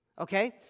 okay